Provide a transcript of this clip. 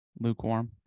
Lukewarm